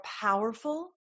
powerful